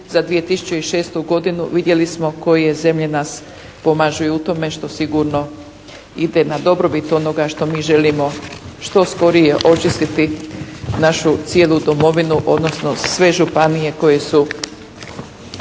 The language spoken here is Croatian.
za 2006. godinu vidjeli smo koje zemlje nas pomažu i u tome što sigurno ide na dobrobit onoga što mi želimo što skorije očistiti našu cijelu domovinu odnosno sve županije koje su